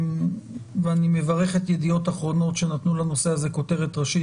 ואני מברך את ידיעות אחרונות שנתנו לנושא הזה כותרת ראשית